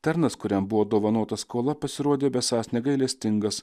tarnas kuriam buvo dovanota skola pasirodė besąs negailestingas